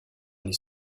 les